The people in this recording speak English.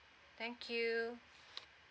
thank you